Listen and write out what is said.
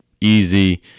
easy